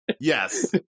Yes